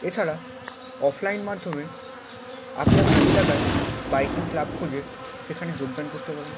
এছাড়া অফলাইন মাধ্যমে আপনি আপনার এলাকায় বাইকিং ক্লাব খুঁজে সেখানে যোগদান করতে পারেন